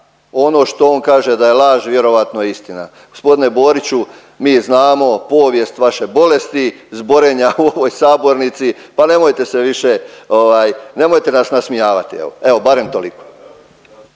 ono što on kaže da je laž vjerojatno je istina. Gospodine Boriću, mi znamo povijest vaše bolesti zborenja u ovoj sabornici, pa nemojte se više ovaj nemojte nas nasmijavati, evo, evo barem toliko.